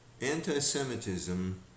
anti-Semitism